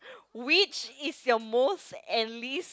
which is your most and least